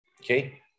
Okay